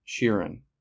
Sheeran